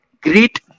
great